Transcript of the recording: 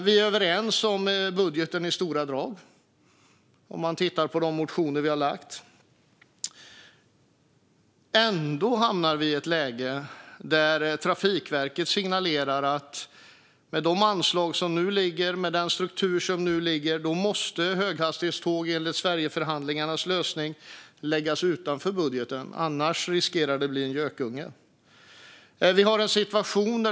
Och att vi i stora drag är överens om budgeten kan man se i de motioner som vi har väckt. Ändå hamnar vi i ett läge där Trafikverket signalerar att med de anslag och den struktur som nu ligger måste höghastighetståg enligt Sverigeförhandlingarnas lösning läggas utanför budgeten, annars riskerar det att bli en gökunge.